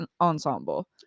Ensemble